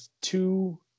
two